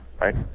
right